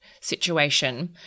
situation